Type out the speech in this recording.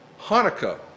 Hanukkah